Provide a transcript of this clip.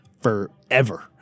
Forever